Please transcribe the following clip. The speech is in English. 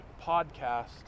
podcast